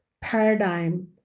paradigm